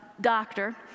doctor